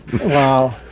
wow